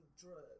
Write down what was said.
drugs